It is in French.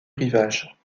rivage